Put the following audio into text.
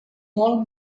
molt